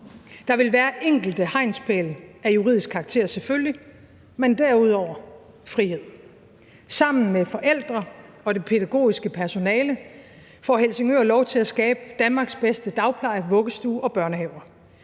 være enkelte hegnspæle af juridisk karakter, men derudover vil der være frihed. Sammen med forældre og det pædagogiske personale får Helsingør lov til at skabe Danmarks bedste dagpleje, vuggestuer og børnehaver.